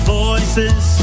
voices